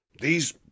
These